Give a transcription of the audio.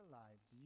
lives